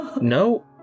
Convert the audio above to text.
No